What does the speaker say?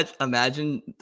imagine